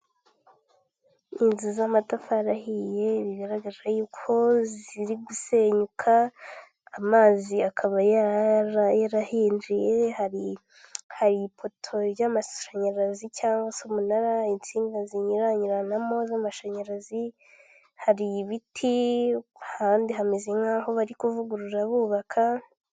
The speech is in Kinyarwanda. Inzu z'amatafari ahiye bigaragara yuko ziri gusenyuka, amazi akaba yarayihinduye. Hari ipoto y'amashanyarazi cyangwa se umunara, insinga zinyuranyuranamo n'amashanyarazi, hari ibiti kandi hameze nk'aho bari kuvugurura bubaka.